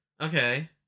Okay